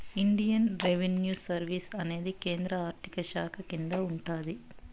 Indian revenue service అనేది కేంద్ర ఆర్థిక శాఖ కింద ఉంటాది